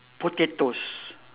potatoes